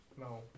No